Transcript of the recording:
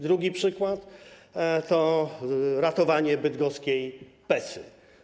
Drugi przykład to ratowanie bydgoskiej Pesy.